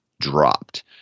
dropped